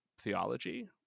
theology